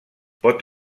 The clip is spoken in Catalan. pot